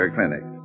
Clinic